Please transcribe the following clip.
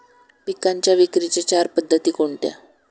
पिकांच्या विक्रीच्या चार पद्धती कोणत्या?